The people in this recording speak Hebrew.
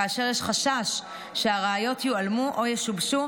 כאשר יש חשש שהראיות יועלמו או ישובשו,